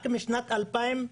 רק משנת 2017